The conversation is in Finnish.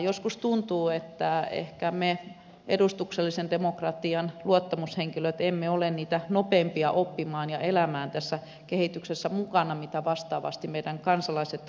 joskus tuntuu että ehkä me edustuksellisen demokratian luottamushenkilöt emme ole niitä nopeimpia oppimaan ja elämään tässä kehityksessä mukana mitä vastaavasti meidän kansalaiset kansalaisjärjestöt ovat